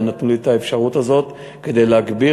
ונתנו לי את האפשרות הזאת כדי להגביר.